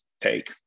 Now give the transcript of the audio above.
take